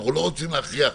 אנחנו לא רוצים להכריח.